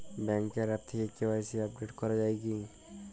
ব্যাঙ্কের আ্যপ থেকে KYC update করা যায় কি?